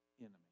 enemy